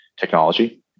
technology